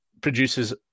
produces